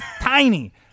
tiny